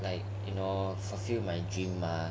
like you know fulfilled my dream mah